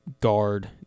guard